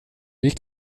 gick